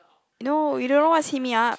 no you don't know what is hit me up